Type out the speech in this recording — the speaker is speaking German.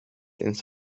ins